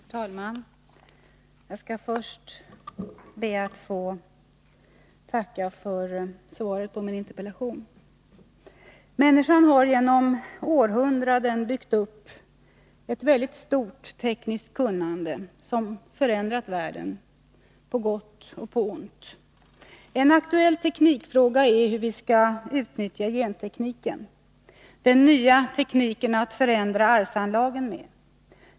Herr talman! Jag skall först be att få tacka för svaret på min interpellation. Människan har genom århundraden byggt upp ett stort tekniskt kunnande, som förändrat världen — på gott och ont. En aktuell teknikfråga är hur vi skall utnyttja gentekniken, den nya tekniken att förändra arvsanlagen med.